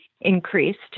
increased